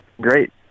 Great